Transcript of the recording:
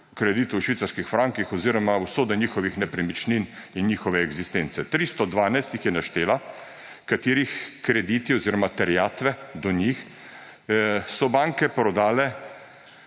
kreditov v švicarskih frankih oziroma usode njihovih nepremičnin in njihove eksistence. 312 jih je naštela, katerih kredite oziroma terjatve do njih so banke prodale